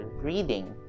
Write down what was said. reading